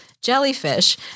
Jellyfish